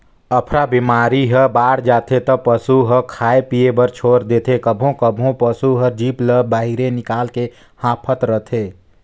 अफरा बेमारी ह बाड़ जाथे त पसू ह खाए पिए बर छोर देथे, कभों कभों पसू हर जीभ ल बहिरे निकायल के हांफत रथे